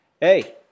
hey